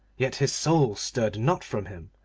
yet his soul stirred not from him,